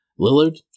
Lillard